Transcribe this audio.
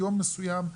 יום מסוים,